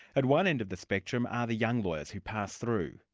at one end of the spectrum are the young lawyers who pass through.